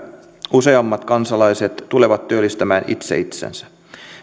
useammat kansalaiset tulevat työllistämään itse itsensä